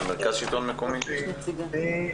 כן,